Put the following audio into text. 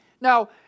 Now